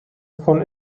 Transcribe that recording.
von